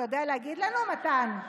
אתה יודע להגיד לנו, מתן?